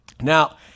Now